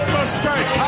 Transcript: mistake